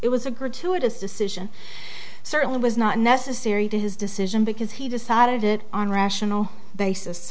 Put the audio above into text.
it was a gratuitous decision certainly was not necessary to his decision because he decided it on a rational basis